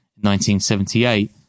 1978